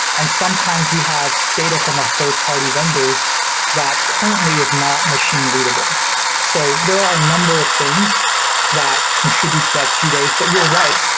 and sometimes we have data from our third-party vendors that currently is not machine readable so there are a number of things that contribute to that two days. but you're right,